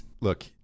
Look